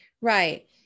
Right